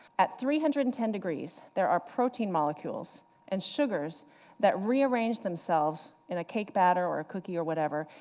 at three hundred and ten degrees there are protein molecules and sugars that rearrange themselves in a cake batter, or a cookie, or whatever,